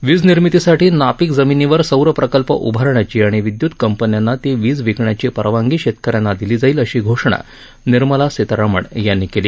वीज निर्मितीसाठी नापिक जमिनीवर सौर प्रकल्प उभारण्याची आणि विद्य्त कंपन्यांना ती वीज विकण्याची परवानगी शेतकऱ्यांना दिली जाईल अशी घोषणा निर्मला सीतारामण यांनी केली